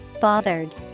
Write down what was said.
Bothered